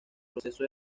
proceso